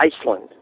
Iceland